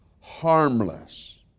harmless